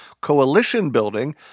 coalition-building